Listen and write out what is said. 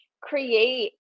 create